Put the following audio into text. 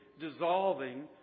dissolving